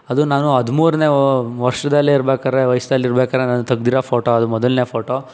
ಅದು ನಾನು ಹದಿಮೂರನೇ ವರ್ಷದಲ್ಲಿರಬೇಕಾದ್ರೆ ವಯಸಲ್ಲಿರ್ಬೇಕಾದ್ರೆ ನಾನು ತೆಗ್ದಿರೋ ಫೋಟೋ ಅದು ಮೊದಲನೇ ಫೋಟೋ